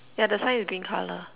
ya the sign is green colour